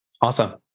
Awesome